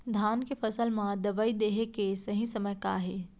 धान के फसल मा दवई देहे के सही समय का हे?